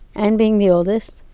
and being the oldest,